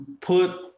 put